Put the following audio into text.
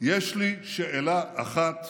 יש לי שאלה אחת